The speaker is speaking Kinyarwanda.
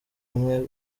umwe